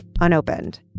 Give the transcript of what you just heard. unopened